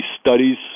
studies